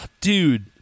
dude